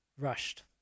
rushed